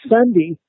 Sunday